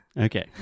okay